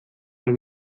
mal